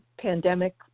Pandemic